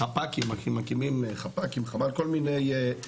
מקימים כל מיני חפ"קים